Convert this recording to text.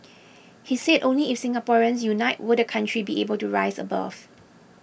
he said only if Singaporeans unite will the country be able to rise above